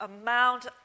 amount